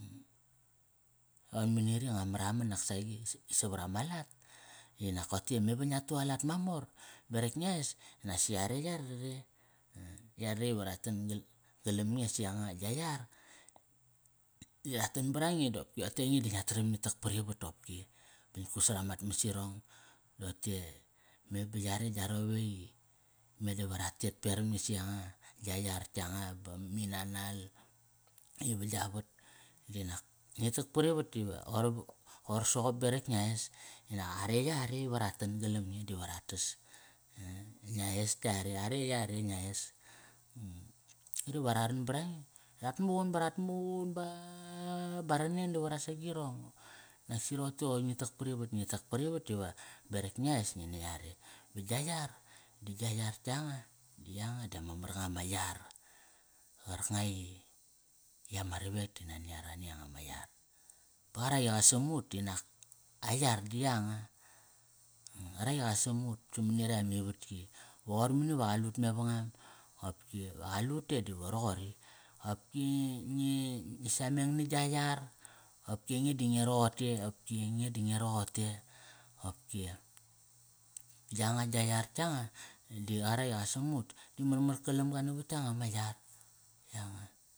Ron mani qari nga maraman nak saqi savara ma lat, dinat ute me va ngia tu alat mamor berak ngia es, di nasi are yarare. Yarare iva ra tan gal galam nge si yanga gia yar, di ra tan bara nge di opki rote i ainge di ngia taram ngi tak pari vat opki Ba ngit kut sara mat mas irong di ote me ba yare gia rowek i meda ve ra tet peram nge si yanga gia yar yanga ba mi nanal i va gia vat di nak ngi tak parivat dive qoir soqop berak ngia es Inak are yare iva ra tan galam nge diva ra tas Ngia es yare, are yare ngia es. Qari va ra ran barange di rat muqun ba ra muqun ba ba ara neng di va ras agirong. Naksi rote qoir ngi tak parivat. Ngi tak parivat tiva berak ngia es ngi na yare Ba gia yar, da gia yar yanga, di yanga dama mar nga ma yar. Qarkanga i, i ama ravek di nani ara ni yanga ma yar Ba qarak i qa sam ut di a yar di yanga. Qarak i qa sam ut samani retk amivatki Ba qoir mani ve qalut mevangam qopki. Ve qalut te di roqori. Qopki ngi, ngi sameng na gia yar. Qopki ainge di nge roqote opki. Yanga gia yar yanga, di qarak i qa sam ut, di marmar kalam ga navat yanga ma yar, yanga.